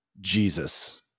Jesus